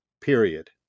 period